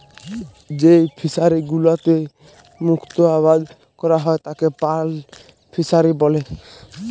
যেই ফিশারি গুলোতে মুক্ত আবাদ ক্যরা হ্যয় তাকে পার্ল ফিসারী ব্যলে